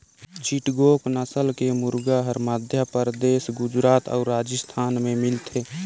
चिटगोंग नसल के मुरगा हर मध्यपरदेस, गुजरात अउ राजिस्थान में मिलथे